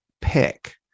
pick